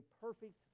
perfect